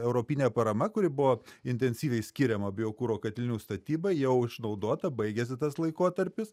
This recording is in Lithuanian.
europinė parama kuri buvo intensyviai skiriama biokuro katilinių statybai jau išnaudota baigėsi tas laikotarpis